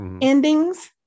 endings